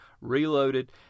Reloaded